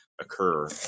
occur